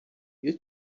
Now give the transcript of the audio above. you